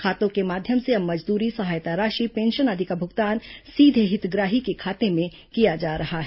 खातों के माध्यम से अब मजदूरी सहायता राशि पेंशन आदि का भुगतान सीधे हितग्राही के खाते में किया जा रहा है